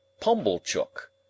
Pumblechook